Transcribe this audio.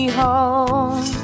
home